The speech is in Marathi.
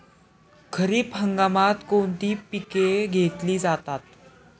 खरीप हंगामात कोणती पिके घेतली जातात?